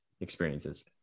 experiences